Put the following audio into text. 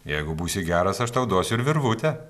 jeigu būsi geras aš tau duosiu ir virvutę